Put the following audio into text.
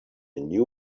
new